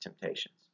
temptations